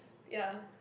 ya